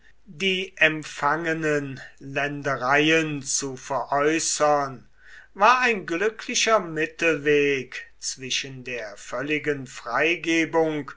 die empfangenen ländereien zu veräußern war ein glücklicher mittelweg zwischen der völligen freigebung